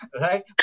right